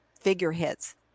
figureheads